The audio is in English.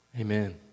Amen